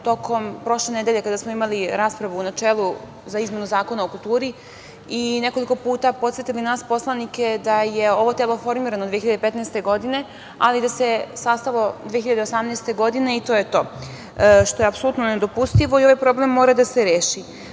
tokom prošle nedelje, kada smo imali raspravu u načelu za izmenu Zakona o kulturi, nekoliko puta podsetili nas poslanike da je ovo telo formirano 2015. godine, ali da se sastalo 2018. godine i to je to, što je apsolutno nedopustivo i ovaj problem mora da se